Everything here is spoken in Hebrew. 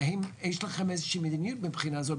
האם יש לכם איזו שהיא מדיניות מהבחינה הזו,